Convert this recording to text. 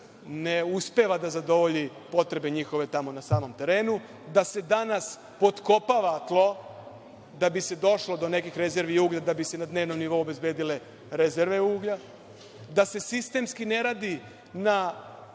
ne uspeva da zadovolji njihove potrebe tamo na samom terenu, da se danas potkopava tlo da bi se došlo do nekakvih rezervi uglja, da bi se na dnevnom nivou obezbedile rezerve uglja, da se sistemski ne radi na